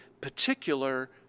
particular